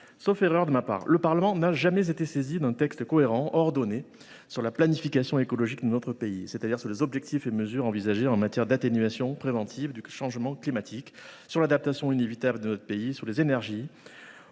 sauf erreur de ma part, le Parlement n’a jamais été saisi d’un texte cohérent et ordonné sur la planification écologique, c’est à dire sur les objectifs et les mesures envisagées en matière d’atténuation préventive du changement climatique, sur l’adaptation inévitable de notre pays à celui ci, sur les énergies,